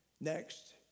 Next